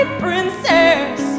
princess